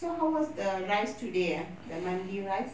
so how was the rice today uh the mandi rice